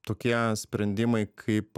tokie sprendimai kaip